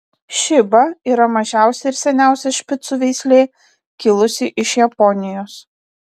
šiba yra mažiausia ir seniausia špicų veislė kilusi iš japonijos